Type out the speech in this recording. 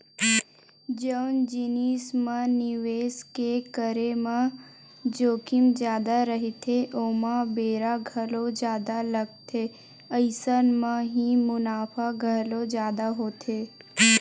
जउन जिनिस म निवेस के करे म जोखिम जादा रहिथे ओमा बेरा घलो जादा लगथे अइसन म ही मुनाफा घलो जादा होथे